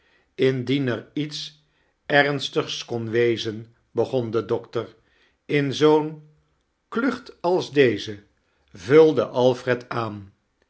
indien ex iets ernstigs kon wezein begon de doctor in zoo'n klucht als deze vulde alfred aan